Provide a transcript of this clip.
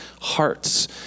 hearts